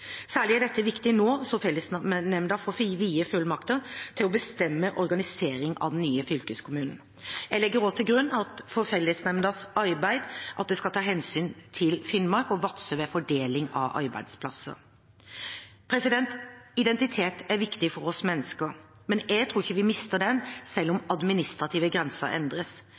Særlig er dette viktig nå som fellesnemnda får vide fullmakter til å bestemme organiseringen av den nye fylkeskommunen. Jeg legger også til grunn for fellesnemndas arbeid at det tas hensyn til Finnmark og Vadsø ved fordeling av arbeidsplasser. Identitet er viktig for oss mennesker, men jeg tror ikke vi mister den selv om administrative grenser endres.